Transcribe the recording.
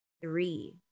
three